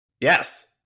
Yes